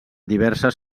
diverses